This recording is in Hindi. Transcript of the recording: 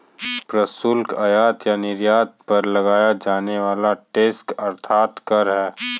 प्रशुल्क, आयात या निर्यात पर लगाया जाने वाला टैक्स अर्थात कर है